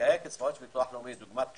דוגמת קשישים,